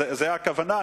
זו הכוונה.